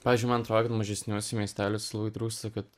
pavyzdžiui man atrodo kad mažesniuose miesteliuose labai trūksta kad